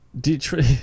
Detroit